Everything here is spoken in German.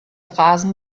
rasen